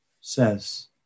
says